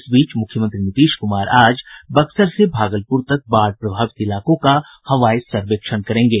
इस बीच मुख्यमंत्री नीतीश कुमार आज बक्सर से भागलपुर तक बाढ़ प्रभावित इलाकों का हवाई सर्वेक्षण करेंगे